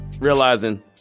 realizing